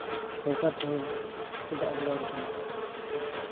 ᱥᱚᱨᱠᱟᱨ ᱛᱮᱦᱮᱧ ᱪᱮᱫᱟᱜ ᱮ ᱜᱚᱲᱚᱣᱟᱹᱧ ᱠᱟᱱᱟ